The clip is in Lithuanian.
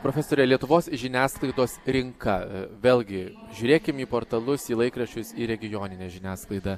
profesore lietuvos žiniasklaidos rinka vėlgi žiūrėkim į portalus į laikraščius į regioninę žiniasklaidą